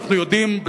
אנחנו יודעים,